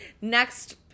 Next